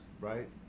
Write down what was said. right